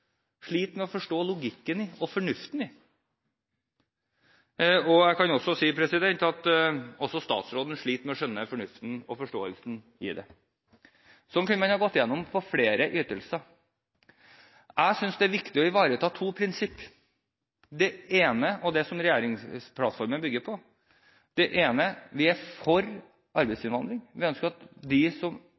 med å forstå logikken og fornuften i. Jeg kan si at også statsråden sliter med å skjønne fornuften i det. Sånn kunne man gått igjennom flere ytelser. Jeg synes det er viktig å ivareta to prinsipper. Det ene, og det som regjeringsplattformen bygger på, er: Vi er for arbeidsinnvandring. Vi ønsker at de som